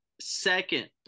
Second